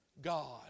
God